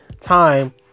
time